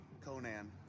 Conan